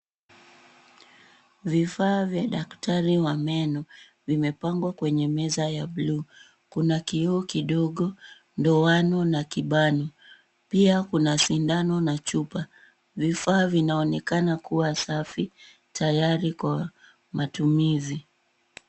Vifaa vya daktari wa meno vimepangwa kwenye meza ya bluu. Kuna kioo kidogo, ndoano na kibani. Pia kuna sindano na chupa. Vifaa vinaonekana kuwa safi tayari kwa matumizi.